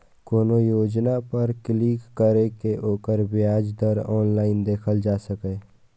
कोनो योजना पर क्लिक कैर के ओकर ब्याज दर ऑनलाइन देखल जा सकैए